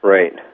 Right